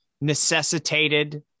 necessitated